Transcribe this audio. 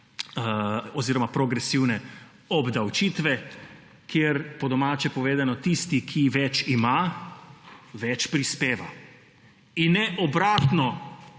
oziroma progresivne obdavčitve, kjer po domače povedano tisti, ki ima več, več prispeva. In ne obratno